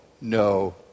no